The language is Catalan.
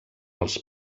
els